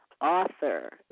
author